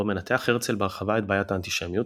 בו מנתח הרצל בהרחבה את בעיית האנטישמיות,